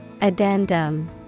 Addendum